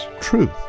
truth